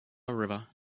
river